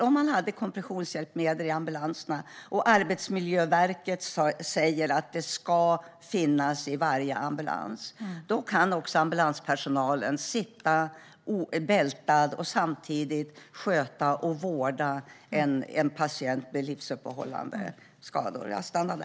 Om man hade kompressionshjälpmedel i ambulanserna och om Arbetsmiljöverket sa att det ska finnas i varje ambulans skulle ambulanspersonalen kunna sitta bältad och samtidigt ge patienten livsuppehållande vård.